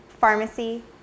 pharmacy